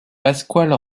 pasquale